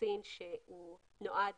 האוכלוסין שנועד